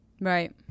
right